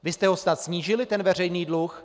Vy jste ho snad snížili, ten veřejný dluh?